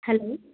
hello